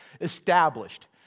established